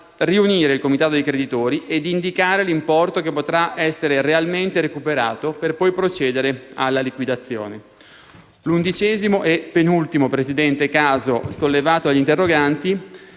riunire il comitato dei creditori ed indicare l'importo che potrà essere realmente recuperato, per poi procedere alla liquidazione. L'undicesimo e penultimo caso, Presidente, sollevato dagli interroganti,